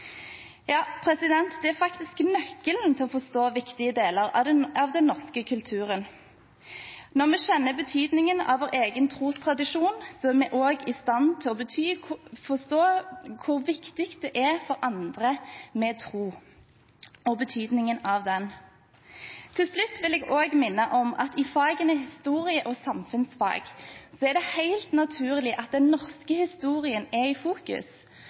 ja det er faktisk nøkkelen til å forstå viktige deler av den norske kulturen. Når vi kjenner betydningen av vår egen trostradisjon, er vi også i stand til å forstå hvor viktig det er for andre med tro, og betydningen av den. Til slutt vil jeg minne om at i fagene historie og samfunnsfag er det helt naturlig at norsk historie er i fokus